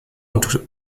und